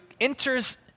enters